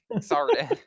Sorry